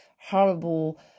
horrible